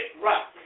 rock